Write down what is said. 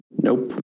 Nope